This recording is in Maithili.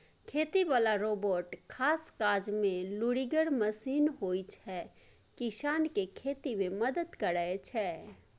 खेती बला रोबोट खास काजमे लुरिगर मशीन होइ छै किसानकेँ खेती मे मदद करय छै